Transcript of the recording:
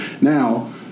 Now